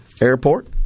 Airport